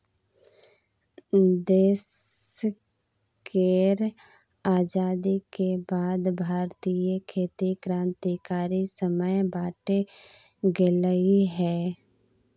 देश केर आजादी के बाद भारतीय खेती क्रांतिकारी समय बाटे गेलइ हँ